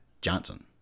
Johnson